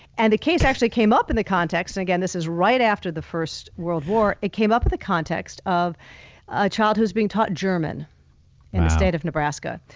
and the case actually came up in the context. and again, this is right after the first world war. it came up with the context of a child who's being taught german and the state of nebraska.